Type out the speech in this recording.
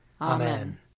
Amen